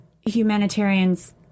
humanitarians